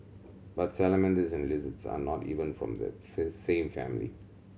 but salamanders and lizards are not even from the same family